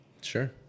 Sure